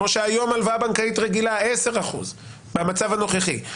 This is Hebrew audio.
כמו הלוואה בנקאית רגילה במצב הנוכחי.